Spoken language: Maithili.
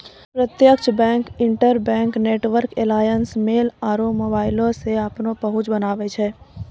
प्रत्यक्ष bank, interbank network alliance, mail आरु मोबाइलो से अपनो पहुंच बनाबै छै